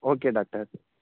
okay doctor